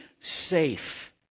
safe